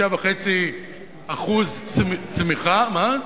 5.5% צמיחה, מה?